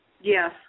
Yes